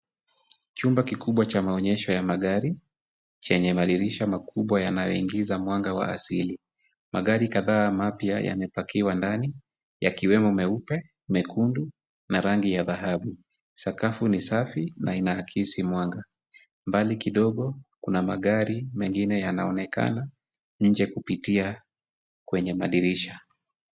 Chumba kikubwa cha maonyesho ya magari, chenye madirisha makubwa yanayoingiza mwanga wa asili. Magari kadhaa mapya yamepakiwa ndani, yakiwemo meupe, mekundu na rangi ya dhahabu. Sakafu ni safi na inaakisi mwanga. Mbali kidogo, kuna magari mengine yanaonekana, nje kupitia kwenye madirisha.